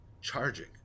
charging